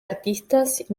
artistas